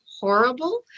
horrible